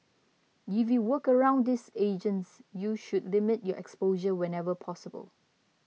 if you work around these agents you should limit your exposure whenever possible